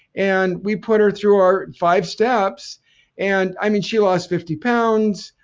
and we put her through our five steps and i mean she lost fifty pounds.